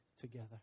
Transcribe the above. together